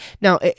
Now